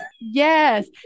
Yes